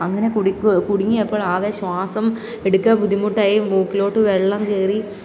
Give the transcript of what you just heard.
അങ്ങനെ കുടുങ്ങിയപ്പോൾ ആകെ ശ്വാസം എടുക്കാൻ ബുദ്ധിമുട്ടായി മൂക്കിലോട്ട് വെള്ളം കയറി